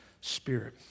spirit